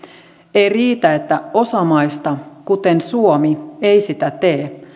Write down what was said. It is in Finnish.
ei riitä että osa maista kuten suomi ei sitä tee